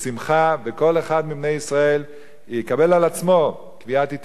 וכל אחד מבני ישראל יקבל על עצמו קביעת עתים לתורה,